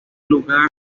lugar